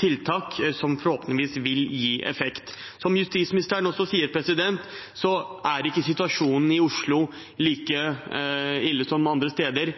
tiltak som forhåpentligvis vil gi effekt. Som justisministeren også sier, er ikke situasjonen i Oslo like ille som andre steder,